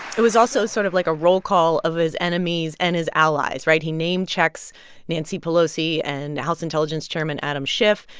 it was also sort of like a roll call of his enemies and his allies, right? he name-checks nancy pelosi and house intelligence chairman adam schiff.